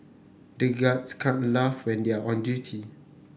the guards can't laugh when they are on duty